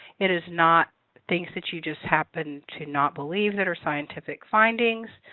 it is not things that you just happen to not believe that are scientific findings.